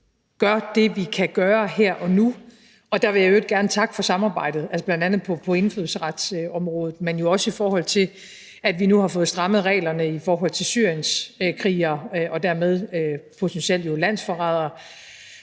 gør det, vi kan gøre her og nu, og der vil jeg i øvrigt gerne takke for samarbejdet, altså bl.a. på indfødsretsområdet, men jo også, i forhold til at vi nu har fået strammet reglerne i forhold til syrienskrigere og dermed jo potentielt landsforrædere.